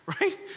right